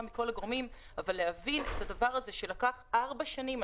מכל הגורמים אבל להבין את הדבר הזה שלקח ארבע שנים.